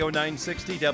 960